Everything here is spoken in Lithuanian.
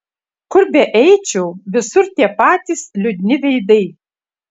kur beeičiau visur tie patys liūdni veidai